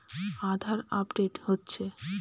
আধার update হচ্ছে?